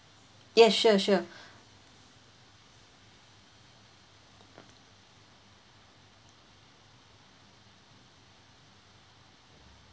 yes sure sure